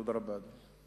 תודה רבה, אדוני.